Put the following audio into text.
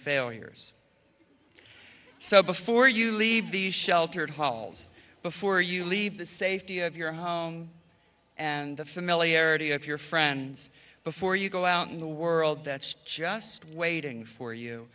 failures so before you leave the sheltered halls before you leave the safety of your home and the familiarity of your friends before you go out in the world that's just waiting for you